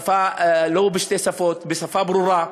לא בשתי שפות, בשפה ברורה,